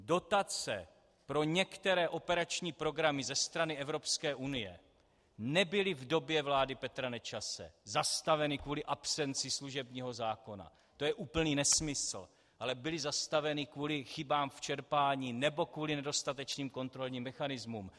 Dotace pro některé operační programy ze strany Evropské unie nebyly v době vlády Petra Nečase zastaveny kvůli absenci služebního zákona, to je úplný nesmysl, ale byly zastaveny kvůli chybám v čerpání nebo kvůli nedostatečným kontrolním mechanismům.